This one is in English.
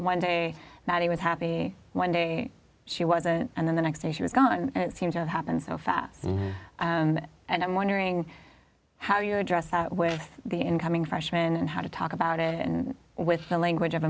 one day that he was happy one day she wasn't and then the next day she was gone and it seems to have happened so fast and and i'm wondering how do you address that with the incoming freshman and how to talk about it and with the language of